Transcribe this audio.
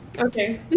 Okay